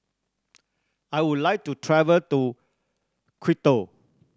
I would like to travel to Quito